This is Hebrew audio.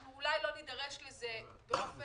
אנחנו אולי לא נידרש לזה באופן